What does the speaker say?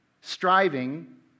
striving